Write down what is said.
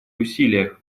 усилиях